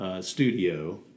studio